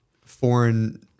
foreign